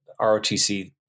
ROTC